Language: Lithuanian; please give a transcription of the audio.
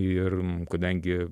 ir kadangi